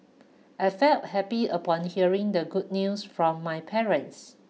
I felt happy upon hearing the good news from my parents